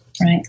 Right